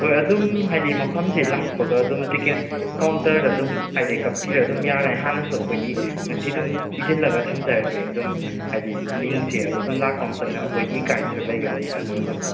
ꯍꯣꯏ ꯑꯗꯨꯝ ꯍꯥꯏꯗꯤ ꯃꯐꯝꯁꯦ ꯂꯥꯛꯄꯒ ꯑꯗꯨꯝ ꯇꯤꯀꯦꯠ ꯀꯥꯎꯟꯇꯔꯗ ꯑꯗꯨꯝ ꯍꯥꯏꯗꯤ ꯀꯛꯄꯤꯔꯒ ꯑꯗꯨꯝ ꯌꯥꯒꯅꯤ ꯍꯥꯟꯅꯁꯨ ꯑꯩꯈꯣꯏꯒꯤ ꯉꯁꯤ ꯑꯗꯨꯝ ꯏꯁꯤꯜꯂꯒ ꯊꯝꯖꯔꯒꯦ ꯑꯗꯨꯝ ꯍꯥꯏꯗꯤ ꯃꯤꯡꯁꯦ ꯑꯗꯣ ꯑꯗꯨꯝ ꯂꯥꯛꯄ ꯃꯇꯝꯗ ꯑꯩꯈꯣꯏꯒꯤ ꯒꯥꯏꯗꯁꯨ ꯂꯩꯒꯅꯤ ꯑꯗꯣ ꯑꯗꯨꯝ